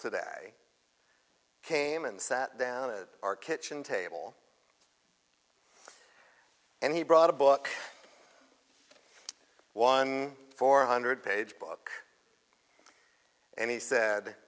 today came and sat down in our kitchen table and he brought a book one four hundred page book and he said